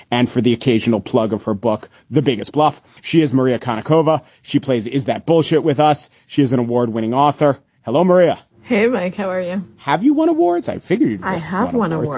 and for the occasional plug of her book, the biggest bluff, she has maria konnikova, she plays is that bull shit with us. she is an award winning author. hello, maria. hey, mike. how are you? have you won awards? i figured i have won over.